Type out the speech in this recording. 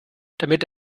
damit